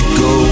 go